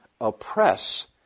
oppress